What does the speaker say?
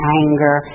anger